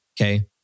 Okay